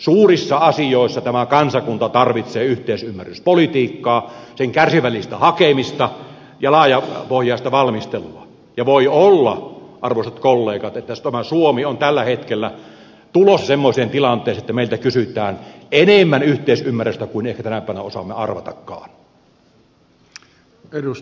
suurissa asioissa tämä kansakunta tarvitsee yhteisymmärryspolitiikkaa sen kärsivällistä hakemista ja laajapohjaista valmistelua ja voi olla arvoisat kollegat että tämä suomi on tällä hetkellä tulossa semmoiseen tilanteeseen että meiltä kysytään enemmän yhteisymmärrystä kuin ehkä tänä päivänä osaamme arvatakaan